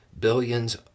billions